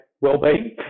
well-being